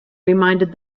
reminded